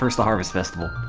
the harvest festival